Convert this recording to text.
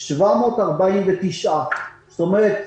זאת אומרת,